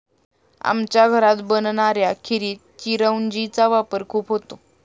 आमच्या घरात बनणाऱ्या खिरीत चिरौंजी चा वापर खूप होतो